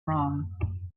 wrong